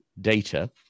data